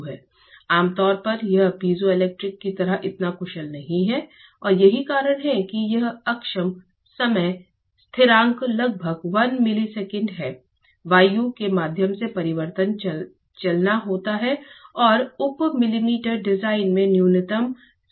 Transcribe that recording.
आम तौर पर यह पीजोइलेक्ट्रिक की तरह इतना कुशल नहीं है और यही कारण है कि यह अक्षम समय स्थिरांक लगभग 1 मिली सेकंड है वायु के माध्यम से पर्याप्त चालन होता है और उप मिलीमीटर डिजाइन में न्यूनतम संवहन होता है